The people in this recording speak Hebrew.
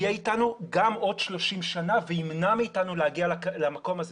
יהיה אתנו גם עוד 30 שנים וימנע מאתנו להגיע למקום הזה.